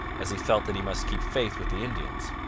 as he felt that he must keep faith with the indians.